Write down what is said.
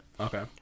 Okay